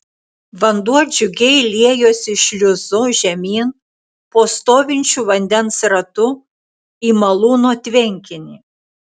vanduo džiugiai liejosi šliuzu žemyn po stovinčiu vandens ratu į malūno tvenkinį